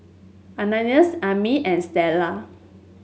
Ananias Aimee and Stella